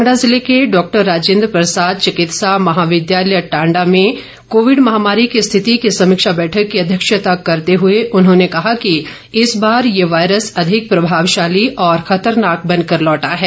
कांगड़ा जिर्ल के डॉ राजेन्द्र प्रसाद चिकित्सा महाविद्यालय टांडा में कोविड महामारी की स्थिति की समीक्षा बैठक की अध्यक्षता करते हुए उन्होंने कहा कि इस बार यह वायरस अधिक प्रभावशाली और खतरनाक बनकर लौटा है